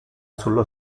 sullo